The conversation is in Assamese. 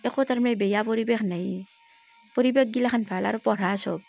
একো তাৰমানে বেয়া পৰিৱেশ নাইয়েই পৰিৱেশগিলাখান ভাল আৰু পঢ়া চব